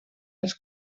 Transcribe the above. els